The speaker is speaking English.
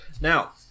Now